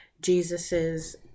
jesus's